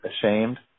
ashamed